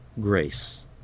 grace